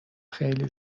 خیلی